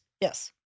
Yes